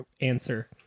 answer